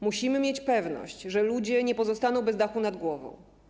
Musimy mieć pewność, że ludzie nie pozostaną bez dachu nad głową.